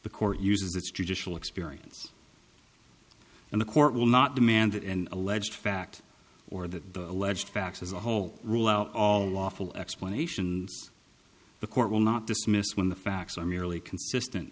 the court uses its judicial experience and the court will not demand it and allege fact or that the alleged facts as a whole rule out all lawful explanations the court will not dismiss when the facts are merely consistent